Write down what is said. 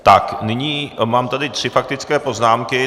Tak nyní mám tady tři faktické poznámky.